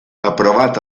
aprovat